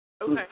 Okay